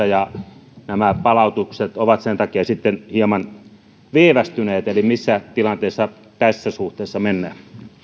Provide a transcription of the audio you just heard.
ja nämä palautukset ovat sen takia sitten hieman viivästyneet eli missä tilanteessa tässä suhteessa mennään